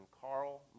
Carl